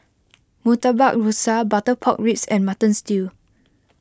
Murtabak Rusa Butter Pork Ribs and Mutton Stew